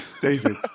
David